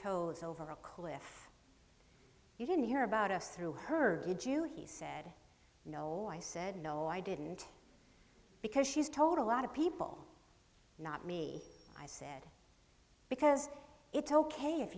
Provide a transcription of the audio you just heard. it's over a cliff you didn't hear about us through her jew he said no i said no i didn't because she's told a lot of people not me i said because it's ok if